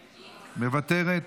מוותרת,